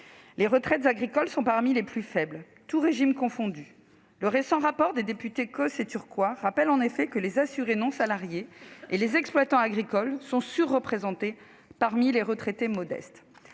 Les retraites agricoles sont parmi les plus faibles, tous régimes confondus. Le récent rapport des députés Causse et Turquois rappelle en effet que les assurés non salariés et les exploitants agricoles sont surreprésentés parmi les retraités modestes.